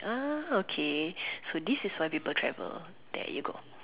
ah okay so this is why people travel there you go